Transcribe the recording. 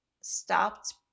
stopped